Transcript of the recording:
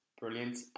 brilliant